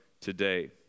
today